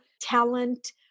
talent